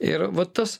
ir va tas